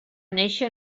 néixer